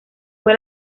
fue